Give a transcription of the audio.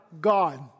God